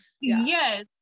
Yes